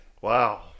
Wow